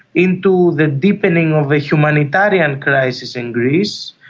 into the deepening of a humanitarian crisis in greece,